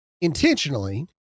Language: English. intentionally